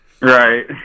Right